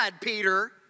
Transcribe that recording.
Peter